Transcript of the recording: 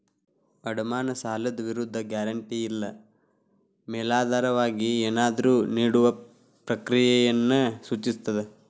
ಅಡಮಾನ ಸಾಲದ ವಿರುದ್ಧ ಗ್ಯಾರಂಟಿ ಇಲ್ಲಾ ಮೇಲಾಧಾರವಾಗಿ ಏನನ್ನಾದ್ರು ನೇಡುವ ಪ್ರಕ್ರಿಯೆಯನ್ನ ಸೂಚಿಸ್ತದ